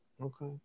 okay